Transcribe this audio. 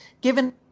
given